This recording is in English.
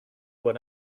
what